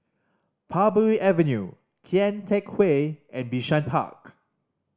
Parbury Avenue Kian Teck Way and Bishan Park